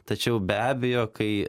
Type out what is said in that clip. tačiau be abejo kai